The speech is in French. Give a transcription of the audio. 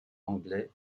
anglais